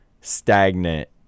stagnant